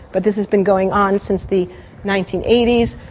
but this has been going on since the nineteen eighty s,